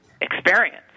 experience